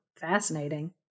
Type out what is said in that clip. fascinating